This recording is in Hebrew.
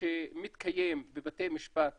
שמתקיים בבתי משפט אזרחיים,